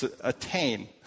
attain